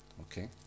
Okay